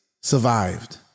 survived